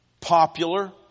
popular